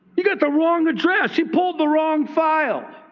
you've got the wrong address. you pulled the wrong file.